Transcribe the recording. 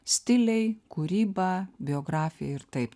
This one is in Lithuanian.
stiliai kūryba biografija ir taip